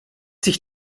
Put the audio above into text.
sich